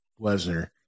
Lesnar